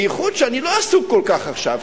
בייחוד שאני לא עסוק כל כך עכשיו,